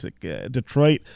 Detroit